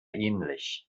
ähnlich